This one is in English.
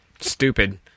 stupid